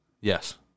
Yes